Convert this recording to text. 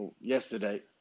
yesterday